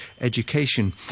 Education